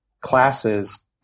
classes